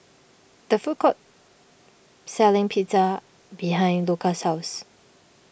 the food court selling Pizza behind Luka's house